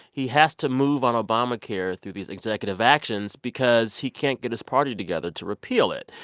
he has to move on obamacare through these executive actions because he can't get his party together to repeal it.